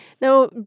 Now